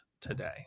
today